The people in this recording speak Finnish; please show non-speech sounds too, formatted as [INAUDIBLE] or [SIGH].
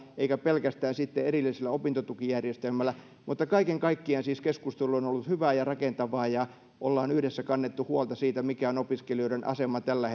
eikä pelkästään erillisellä opintotukijärjestelmällä mutta kaiken kaikkiaan siis keskustelu on ollut hyvää ja rakentavaa ja ollaan yhdessä kannettu huolta siitä mikä on opiskelijoiden asema tällä [UNINTELLIGIBLE]